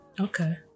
okay